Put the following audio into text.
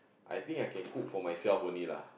I think I can cook for myself only lah